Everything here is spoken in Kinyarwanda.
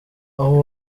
aho